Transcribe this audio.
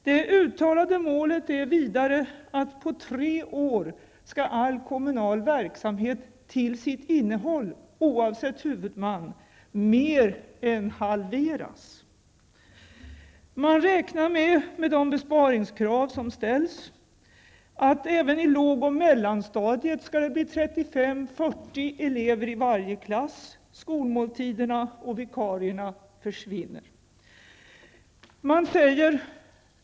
Det uttalade målet är vidare att på tre år skall all kommunal verksamhet till sitt innehåll, oavsett huvudman, mer än halveras. Med de besparingskrav som ställs räknar man med att även i låg och mellanstadiet skall det bli 35--40 elever i varje klass. Skolmåltiderna och vikarierna försvinner.